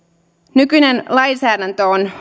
nykyinen lainsäädäntö on